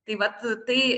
tai vat tai